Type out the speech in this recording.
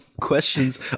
questions